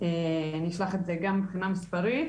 אני אשלח את זה גם מבחינה מספרית,